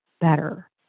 better